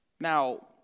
Now